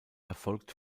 erfolgt